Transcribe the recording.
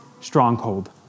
stronghold